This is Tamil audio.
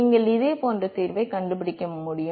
நீங்கள் இதே போன்ற தீர்வைக் கண்டுபிடிக்க வேண்டும்